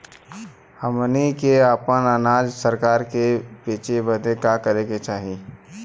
हमनी के आपन अनाज सरकार के बेचे बदे का करे के चाही?